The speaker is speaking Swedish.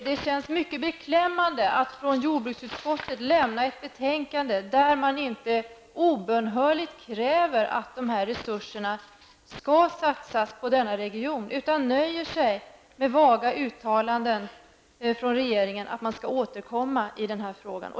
Det känns mycket beklämmande att från jordbruksutskottet lämna ett betänkande där man inte obönhörligt kräver att dessa resurser skall satsas på denna region. Man nöjer sig med vaga uttalanden från regeringen om att man skall återkomma i den frågan.